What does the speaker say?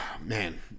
Man